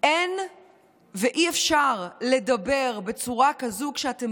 אין ואי-אפשר לדבר בצורה כזו כשאתם